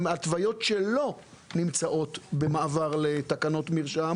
התוויות שלא נמצאות במעבר לתקנות מרשם